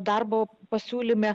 darbo pasiūlyme